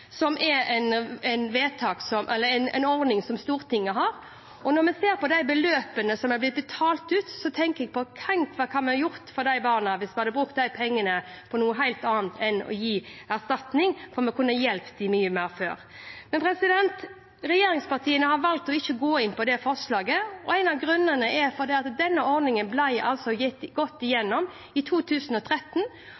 som er en ordning som Stortinget har. Når vi ser på de beløpene som er blitt betalt ut, tenker jeg på hva vi kunne ha gjort for de barna hvis vi hadde brukt de pengene på noe helt annet enn å gi erstatning – vi kunne hjulpet dem mye før. Regjeringspartiene har valgt ikke å gå inn på det forslaget. En av grunnene er at denne ordningen ble gjennomgått i 2013, og Stoltenberg-regjeringen med barne- og likestillingsminister fra SV konkluderte med at denne ordningen